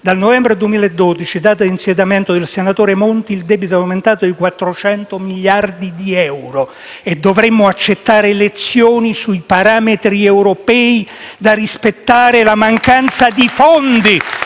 Dal novembre 2012, data di insediamento del senatore Monti, il debito è aumentato di 400 miliardi di euro. E dovremmo accettare lezioni sui parametri europei da rispettare e la mancanza di fondi